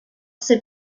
ser